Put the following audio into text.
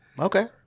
Okay